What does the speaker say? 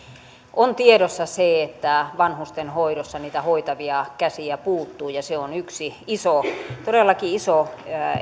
on tiedossa se että vanhustenhoidossa niitä hoitavia käsiä puuttuu ja se on yksi iso todellakin iso